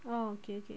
oh okay okay